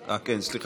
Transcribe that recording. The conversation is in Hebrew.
אה, כן, סליחה.